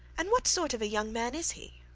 and what sort of a young man is he?